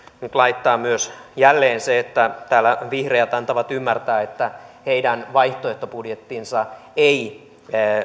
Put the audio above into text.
nyt laittaa myös jälleen se että täällä vihreät antavat ymmärtää että heidän vaihtoehtobudjettinsa ei